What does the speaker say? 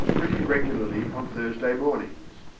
pretty regularly on thursday mornings.